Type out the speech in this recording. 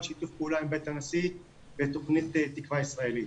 שיתוף פעולה עם בית הנשיא בתוכנית "תקווה ישראלית".